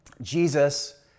Jesus